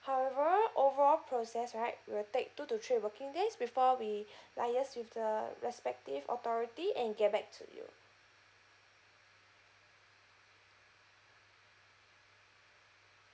however overall process right we will take two to three working days before we liaise with the respective authority and get back to you